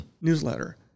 newsletter